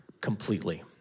completely